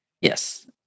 Yes